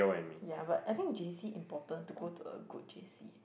ya but I think J_C important to go to a good J_C